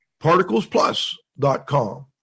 particlesplus.com